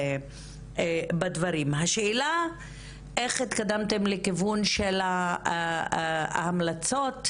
השאלה איך התקדמתם לכיוון של ההמלצות,